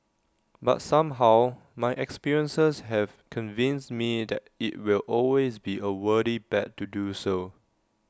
but somehow my experiences have convinced me that IT will always be A worthy bet to do so